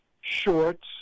shorts